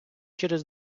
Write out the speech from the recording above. через